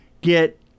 get